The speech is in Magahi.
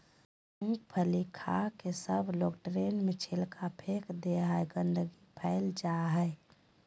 मूँगफली खाके सबलोग ट्रेन में छिलका फेक दे हई, गंदगी फैल जा हई